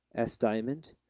asked diamond.